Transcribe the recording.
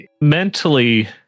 Mentally